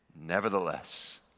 Nevertheless